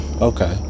Okay